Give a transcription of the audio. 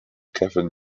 kevin